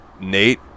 Nate